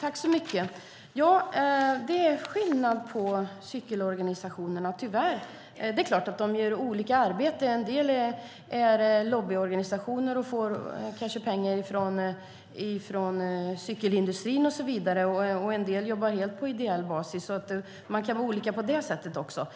Fru talman! Ja, det är skillnad på cykelorganisationerna, tyvärr. Det är klart att de gör olika arbeten. En del är lobbyorganisationer och får kanske pengar från cykelindustrin och så vidare, och en del jobbar helt på ideell basis. Man kan vara olika på det sättet också.